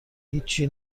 هیچچی